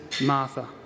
Martha